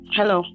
Hello